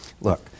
Look